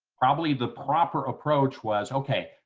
probably the proper approach was, ok,